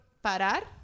parar